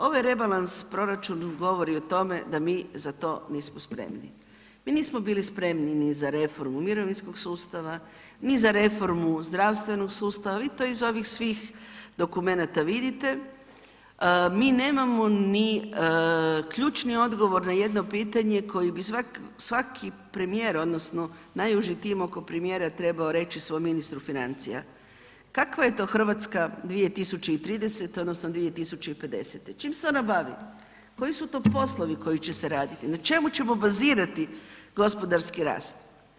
Ovaj rebalans proračuna govori o tome da mi za to nismo spremi, mi nismo bili spremni ni za reformu mirovinskog sustava, ni za reformu zdravstvenog sustava, vi to iz ovih svih dokumenata vidite, mi nemamo ni ključni odgovor na jedno pitanje koji bi svak, svaki premijer odnosno najuži tim oko premijera trebao reći svom ministru financija, kakva je to RH 2030. odnosno 2050., čim se ona bavi, koji su to poslovi koji će se raditi, na čemu ćemo bazirati gospodarski rast?